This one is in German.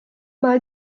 mal